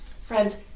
Friends